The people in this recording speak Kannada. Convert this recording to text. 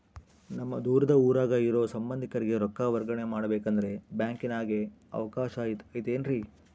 ನಮ್ಮ ದೂರದ ಊರಾಗ ಇರೋ ಸಂಬಂಧಿಕರಿಗೆ ರೊಕ್ಕ ವರ್ಗಾವಣೆ ಮಾಡಬೇಕೆಂದರೆ ಬ್ಯಾಂಕಿನಾಗೆ ಅವಕಾಶ ಐತೇನ್ರಿ?